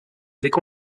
avec